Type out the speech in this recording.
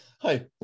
Hi